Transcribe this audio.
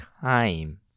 time